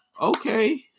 Okay